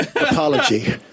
Apology